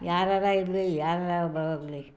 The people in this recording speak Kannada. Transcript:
ಯಾರಾದ್ರು ಇರಲಿ ಯಾರಾದ್ರು ಹೋಗ್ಲಿ